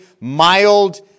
mild